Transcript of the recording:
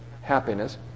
happiness